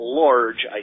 large